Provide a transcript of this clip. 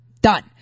Done